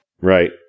Right